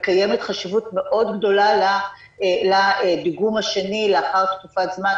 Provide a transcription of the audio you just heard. וקיימת חשיבות מאוד גדולה לדיגום השני לאחר תקופת זמן.